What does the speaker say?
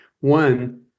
One